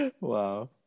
Wow